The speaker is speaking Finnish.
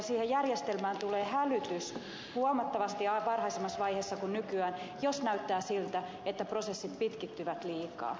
siihen järjestelmään tulee hälytys huomattavasti varhaisemmassa vaiheessa kuin nykyään jos näyttää siltä että prosessit pitkittyvät liikaa